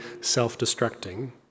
self-destructing